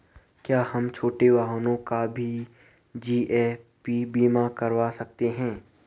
क्या हम छोटे वाहनों का भी जी.ए.पी बीमा करवा सकते हैं?